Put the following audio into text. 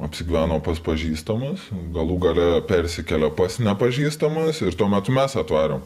apsigyveno pas pažįstamus galų gale persikėlė pas nepažįstamus ir tuomet mes atvarėm